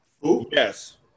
Yes